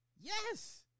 Yes